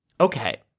okay